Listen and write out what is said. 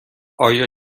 آیا